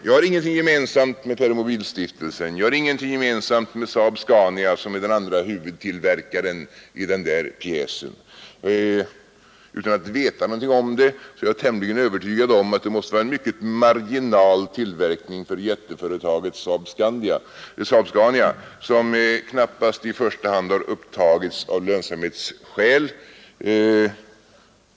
Jag har ingenting gemensamt med Permobilstiftelsen, jag har ingenting gemensamt med SAAB-Scania, som är den andra huvudtillverkaren, men utan att veta någonting om det är jag tämligen övertygad om att det måste vara en mycket marginell tillverkning för jätteföretaget SAAB-Scania som knappast i första hand har upptagits av lönsamhetsskäl.